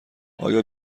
آیا